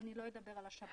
אני לא אדבר על השב"כ.